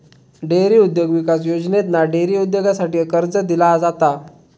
dairy उद्योग विकास योजनेतना डेअरी उद्योगासाठी कर्ज दिला जाता